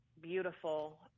beautiful